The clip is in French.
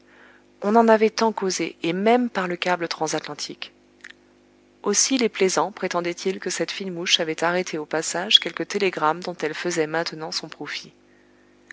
on en avait tant causé et même par le câble transatlantique aussi les plaisants prétendaient ils que cette fine mouche avait arrêté au passage quelque télégramme dont elle faisait maintenant son profit